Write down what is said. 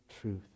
truth